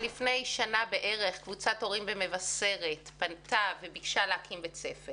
לפני שנה בערך קבוצת הורים במבשרת פנתה וביקשה להקים בית ספר.